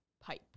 pipe